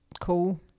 cool